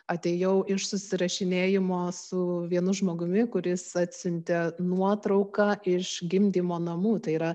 atėjau iš susirašinėjimo su vienu žmogumi kuris atsiuntė nuotrauką iš gimdymo namų tai yra